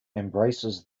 embraces